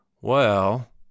Well